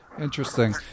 Interesting